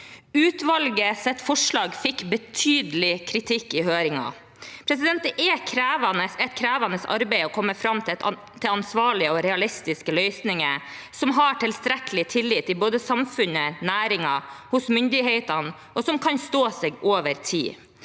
Utvalgets forslag fikk betydelig kritikk i høringen. Det er et krevende arbeid å komme fram til ansvarlige og realistiske løsninger som har tilstrekkelig tillit både i samfunnet, i næringen og hos myndighetene, og som kan stå seg over tid.